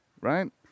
right